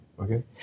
Okay